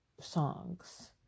songs